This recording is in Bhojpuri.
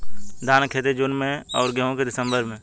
धान क खेती जून में अउर गेहूँ क दिसंबर में?